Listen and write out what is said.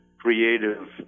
creative